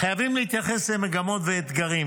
חייבים להתייחס למגמות ואתגרים,